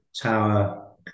tower